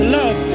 love